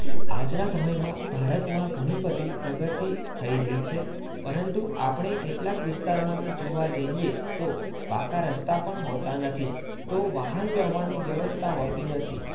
આજના સમયમાં ભારતમાં ઘણી બધી પ્રગતિ થઈ રહી છે પરંતુ આપણે કેટલાક વિસ્તારમાં જોવા જઈએ તો પાકા રસ્તા પણ હોતા નથી તો વાહન વ્યવહારની વ્યવસ્થા હોતી નથી